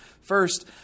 first